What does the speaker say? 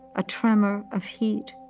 a tremor of heat,